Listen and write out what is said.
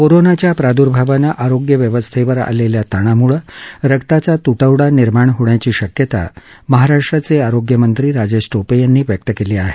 कोरोनाच्या प्रादर्भानं आरोग्य व्यवस्थेवर आलेल्या ताणामुळे रक्ताचा तृ वडा निर्माण होण्याची शक्यता महाराष्ट्राचे आरोग्यमंत्री राजेश शोपे यांनी व्यक्त केली आहे